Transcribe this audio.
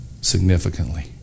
significantly